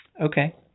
Okay